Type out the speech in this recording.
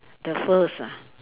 the first ah